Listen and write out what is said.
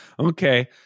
Okay